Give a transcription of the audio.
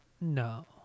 No